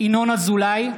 ינון אזולאי,